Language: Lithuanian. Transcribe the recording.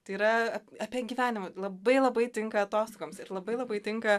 tai yra apie gyvenimą labai labai tinka atostogoms ir labai labai tinka